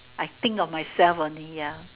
I think of myself only ya